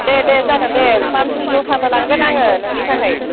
दे दे जागोन दे पानसु जुथाबो लांगोन आङो नोंनि थाखाय